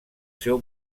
seu